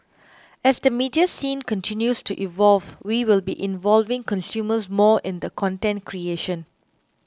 as the media scene continues to evolve we will be involving consumers more in the content creation